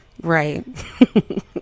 Right